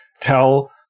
tell